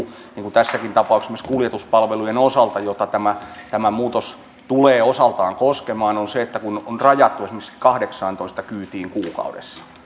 tässäkin tapauksessa esimerkiksi kuljetuspalvelujen osalta joita tämä muutos tulee osaltaan koskemaan kun on rajattu esimerkiksi kahdeksaantoista kyytiin kuukaudessa niin